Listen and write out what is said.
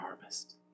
harvest